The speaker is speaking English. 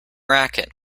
racket